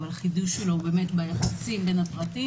אבל החידוש שלו הוא ביחסים בין הפרטים,